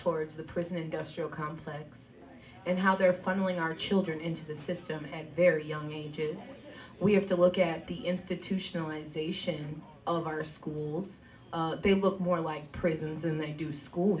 towards the prison industrial complex and how they're funneling our children into the system and their young agents we have to look at the institutionalization of our schools they look more like prisons and they do school